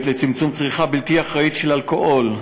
לצמצום צריכה בלתי אחראית של אלכוהול,